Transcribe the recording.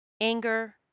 anger